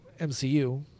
MCU